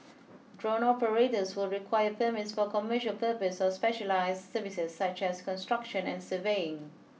drone operators would require permits for commercial purpose or specialised services such as construction and surveying